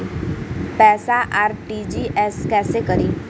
पैसा आर.टी.जी.एस कैसे करी?